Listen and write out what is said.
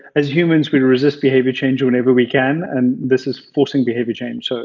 as humans, we resist behavior change whenever we can, and this is forcing behavior change. so